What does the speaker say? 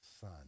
Son